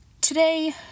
Today